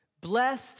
Blessed